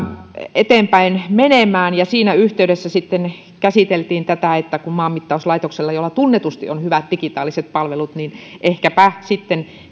eteenpäin menemään siinä yhteydessä käsiteltiin sitä että kun maanmittauslaitoksella tunnetusti on hyvät digitaaliset palvelut niin ehkäpä